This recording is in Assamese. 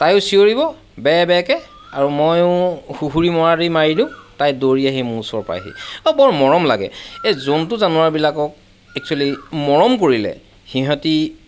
তায়ো চিঞৰিব বে বে কৈ আৰু ময়ো সুহুৰি মৰাদি মাৰি দিওঁ তাই দৌৰি আহি মোৰ ওচৰ পায়হি আৰু বৰ মৰম লাগে এই জন্তু জানোৱাৰবিলাকক এক্সোৱেলী মৰম কৰিলে সিহঁতে